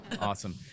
Awesome